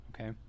okay